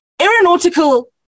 aeronautical